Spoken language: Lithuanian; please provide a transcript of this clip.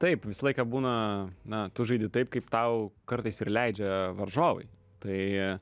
taip visą laiką būna na tu žaidi taip kaip tau kartais ir leidžia varžovai tai